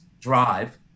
drive